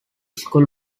school